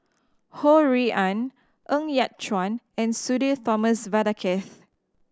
Ho Rui An Ng Yat Chuan and Sudhir Thomas Vadaketh